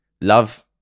Love